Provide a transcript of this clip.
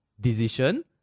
decision